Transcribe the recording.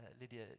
Lydia